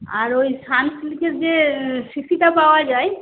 আর ওই সানসিল্কের যে শিশিটা পাওয়া যায়